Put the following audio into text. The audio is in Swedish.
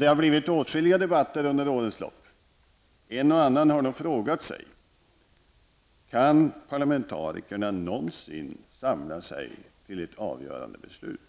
Det har blivit åtskilliga debatter under årens lopp. En och annan har nog frågat sig: Kan parlamentarikerna någonsin samla sig till ett avgörande beslut?